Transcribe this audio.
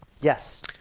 Yes